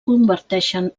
converteixen